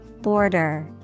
Border